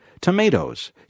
tomatoes